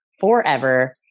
forever